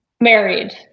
Married